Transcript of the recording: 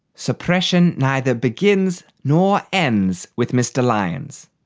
suppression neither begins nor ends with mr lyons.